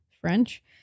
French